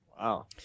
Wow